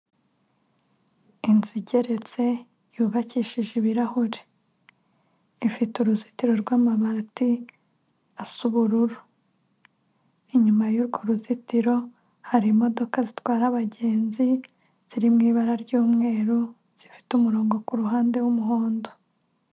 Inzu igeretse, yubakishije ibirahure. Ifite uruzitiro rw'amabati, asa ubururu. Inyuma y'urwo ruzitiro, hari imodoka zitwara abagenzi, ziri mu ibara ry'umweru, zifite umurongo ku ruhande w'umuhondo.